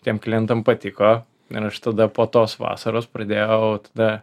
tiem klientam patiko ir aš tada po tos vasaros pradėjau tada